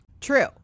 true